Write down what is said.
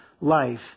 life